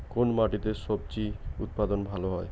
কোন মাটিতে স্বজি উৎপাদন ভালো হয়?